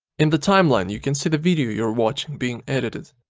in the timeline you can see the video you're watching being edited.